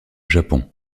japon